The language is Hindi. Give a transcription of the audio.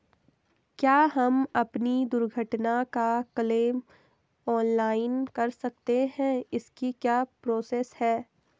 क्या हम अपनी दुर्घटना का क्लेम ऑनलाइन कर सकते हैं इसकी क्या प्रोसेस है?